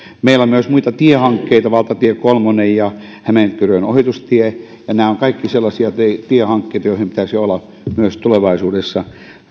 meillä on myös tiehankkeita valtatie kolmonen ja hämeenkyrön ohitustie nämä ovat kaikki sellaisia hankkeita joihin pitäisi myös olla tulevaisuudessa